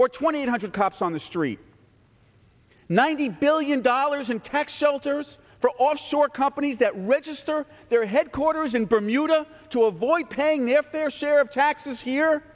or twenty eight hundred cops on the street ninety billion dollars in tax shelters for offshore companies that register their headquarters in bermuda to avoid paying their fair share of taxes here